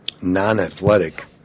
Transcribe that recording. non-athletic